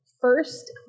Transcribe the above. First